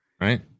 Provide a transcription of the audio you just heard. right